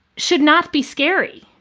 should not be scary,